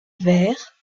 vert